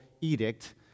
edict